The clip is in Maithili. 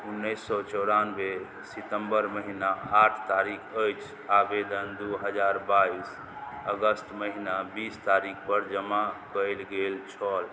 उनैस सओ चौरानवे सितम्बर महिना आठ तारिख अछि आवेदन दुइ हजार बाइस अगस्त महिना बीस तारिखपर जमा कएल गेल छल